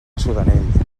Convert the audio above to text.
sudanell